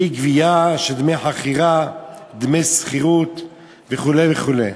באי-גבייה של דמי חכירה, דמי שכירות וכו' וכו'.